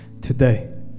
today